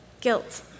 guilt